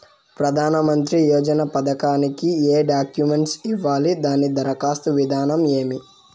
ప్రధానమంత్రి యోజన పథకానికి ఏ డాక్యుమెంట్లు ఇవ్వాలి దాని దరఖాస్తు విధానం ఏమి